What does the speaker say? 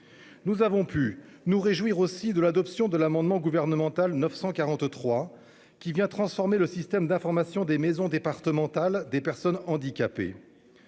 également pu nous réjouir de l'adoption de l'amendement gouvernemental n° 943, qui vient transformer le système d'information des maisons départementales des personnes handicapées